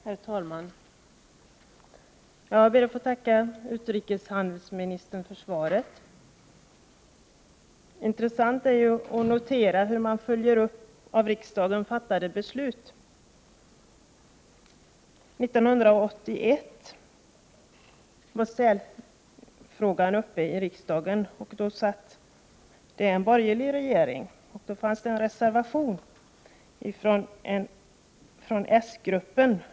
Herr talman! Jag ber att få tacka utrikeshandelsministern för svaret. Det är intressant att notera hur man följer upp av riksdagen fattade beslut. År 1981 var sälfrågan uppe till behandling i riksdagen. Då satt en borgerlig regering, och då fanns det i jordbruksutskottets betänkande en reservation från s-gruppen.